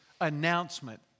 announcement